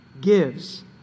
gives